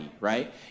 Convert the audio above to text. right